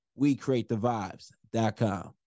WeCreateTheVibes.com